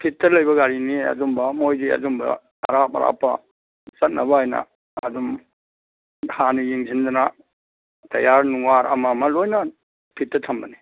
ꯐꯤꯠꯇ ꯂꯩꯕ ꯒꯥꯔꯤꯅꯤ ꯑꯗꯨꯝꯕ ꯃꯣꯏꯗꯤ ꯑꯗꯨꯝꯕ ꯑꯔꯥꯞꯄ ꯆꯠꯅꯕ ꯍꯥꯏꯅ ꯑꯗꯨꯝ ꯍꯥꯟꯅ ꯌꯦꯡꯁꯤꯟꯗꯅ ꯇꯌꯥꯔ ꯅꯨꯡꯋꯥꯏ ꯑꯃ ꯑꯃ ꯂꯣꯏꯅ ꯐꯤꯠꯇ ꯊꯝꯕꯅꯤ